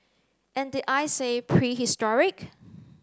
and did I say prehistoric